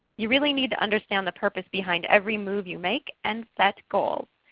you really need to understand the purpose behind every move you make and set goals.